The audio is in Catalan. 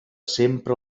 sempre